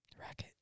Racket